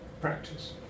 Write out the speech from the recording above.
practice